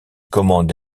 commande